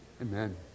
Amen